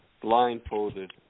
Blindfolded